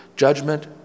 Judgment